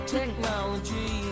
technology